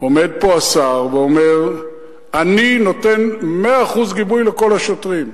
עומד פה השר ואומר: אני נותן מאה אחוז גיבוי לכל השוטרים.